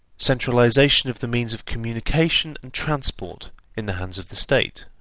centralisation of the means of communication and transport in the hands of the state.